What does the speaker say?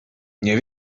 nie